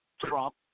Trump